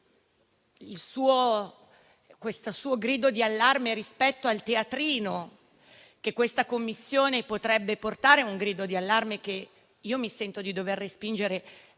suo grido di allarme rispetto al teatrino che questa Commissione potrebbe portare è un grido di allarme che mi sento di dover respingere